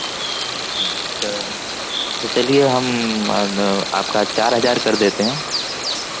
अच्छा तो चलिए हम आपका चार हज़ार कर देते हैं